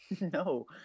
No